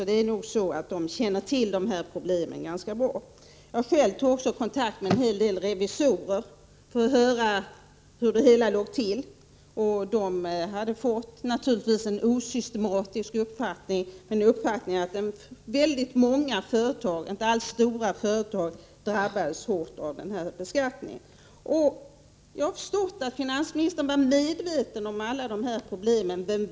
Den känner alltså till dessa problem ganska väl. Jag har också själv tagit kontakt med en hel del revisorer för att höra hur det hela låg till. De hade naturligtvis fått en osystematisk uppfattning — en uppfattning att väldigt många, inte alls stora, företag drabbades hårt av den här beskattningen. Jag har förstått att finansministern var medveten om alla de här problemen.